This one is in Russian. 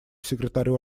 секретарю